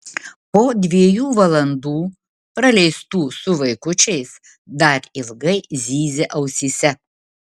po dviejų valandų praleistų su vaikučiais dar ilgai zyzė ausyse